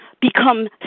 become